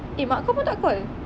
eh mak kau pun tak call